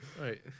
right